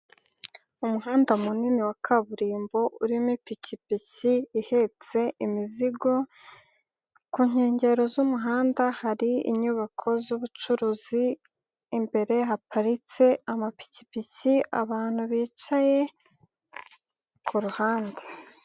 Umuhanda munini wa kaburimbo urimo ipikipiki ihetse imizigo, ku nkengero z'umuhanda hari inyubako z'bucuruzi, imbere haparitse amapikipiki, abantu bicaye ku ruhande.